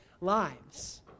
lives